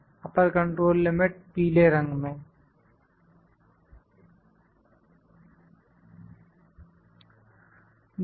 अपर control limit पीले रंग में है